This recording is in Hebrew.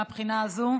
מהבחינה הזאת,